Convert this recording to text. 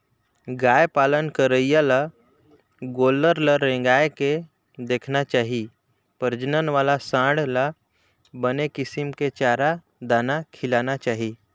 गाय पालन करइया ल गोल्लर ल रेंगाय के देखना चाही प्रजनन वाला सांड ल बने किसम के चारा, दाना खिलाना चाही